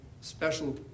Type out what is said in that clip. special